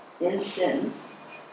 instance